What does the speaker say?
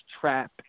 trap